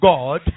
God